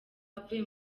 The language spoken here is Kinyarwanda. avuye